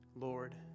Lord